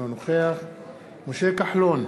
אינו נוכח משה כחלון,